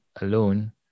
alone